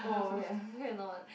oh ya okay not